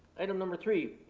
item number three,